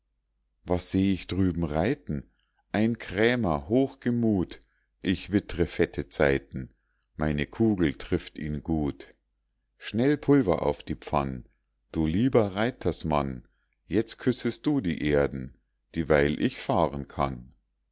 was seh ich drüben reiten ein krämer hochgemut ich wittre fette zeiten meine kugel trifft ihn gut schnell pulver auf die pfann du lieber reitersmann jetzt küssest du die erden dieweil ich fahren kann